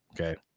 okay